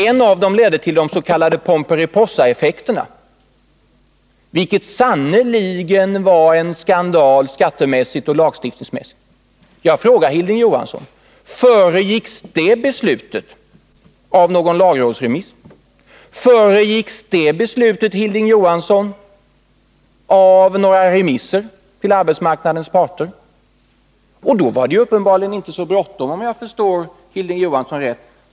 En av dem ledde till de s.k. Pomperipossaeffekterna, vilket sannerligen var en skandal skattemässigt och lagstiftningsmässigt. Min fråga till Hilding Johansson är: Föregicks det beslutet av någon lagrådsremiss? Föregicks det beslutet, Hilding Johansson, av några remisser till arbetsmarknadens parter? Då var det ju uppenbarligen inte så bråttom, om jag förstår Hilding Johansson rätt.